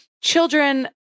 children